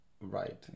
right